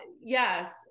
Yes